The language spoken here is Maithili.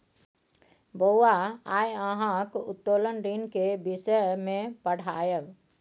बौआ आय अहाँक उत्तोलन ऋण केर विषय मे पढ़ायब